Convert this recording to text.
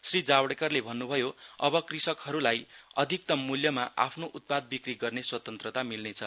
श्री जावडेकरले भन्न्भयो अब कृषकहरूलाई अधिकतम् मूल्यमा आफ्नो उत्पाद बिक्री गर्ने स्वतन्त्रता मिल्नेछ